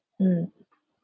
mm